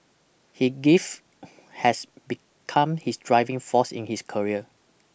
he grief has become his driving force in his career